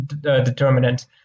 determinant